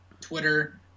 twitter